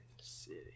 City